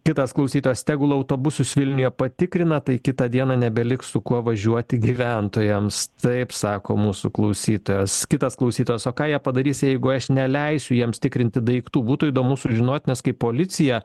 kitas klausytojas tegul autobusus vilniuje patikrina tai kitą dieną nebeliks su kuo važiuoti gyventojams taip sako mūsų klausytojas kitas klausytojas o ką jie padarys jeigu aš neleisiu jiems tikrinti daiktų būtų įdomu sužinot nes kaip policija